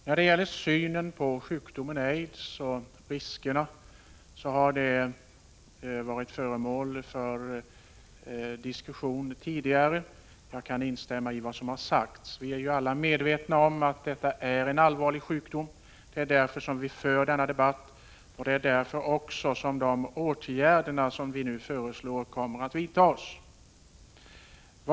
Fru talman! Synen på sjukdomen aids och riskerna har varit föremål för diskussion tidigare, och jag kan instämma i vad som sagts. Vi är alla medvetna om att detta är en allvarlig sjukdom. Det är därför vi för denna debatt, och det är också därför som de åtgärder vi föreslår kommer att vidtas.